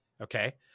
okay